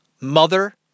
Mother